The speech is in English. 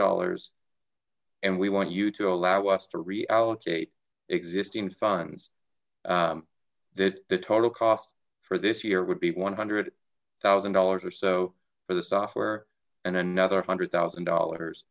dollars and we want you to allow us to reallocate existing funds that the total cost for this year would be one hundred thousand dollars or so for the software and another hundred thousand dollars